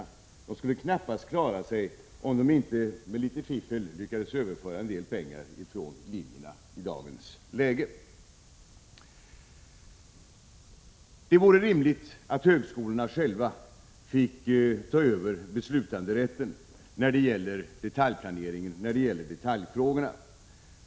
De skulle i dagens läge knappast klara sig om man inte med litet fiffel lyckades överföra en del pengar från linjerna. Det vore rimligt att högskolorna själva fick ta över beslutanderätten när det gäller detaljplaneringen och detaljfrågorna.